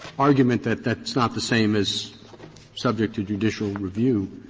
argument that that's not the same as subject to judicial review,